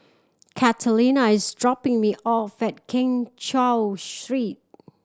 Catalina is dropping me off at Keng Cheow Street